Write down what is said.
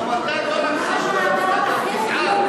גם אתה לא רק חשדן, אתה גזען.